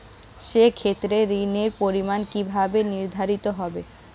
সে ক্ষেত্রে ঋণের পরিমাণ কিভাবে নির্ধারিত হবে?